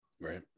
Right